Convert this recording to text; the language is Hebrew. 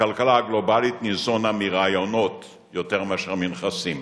הכלכלה הגלובלית ניזונה מרעיונות יותר מאשר מנכסים.